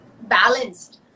balanced